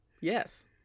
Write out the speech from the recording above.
Yes